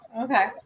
okay